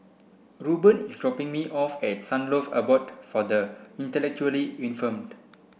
Reuben is dropping me off at Sunlove Abode for the Intellectually Infirmed